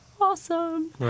awesome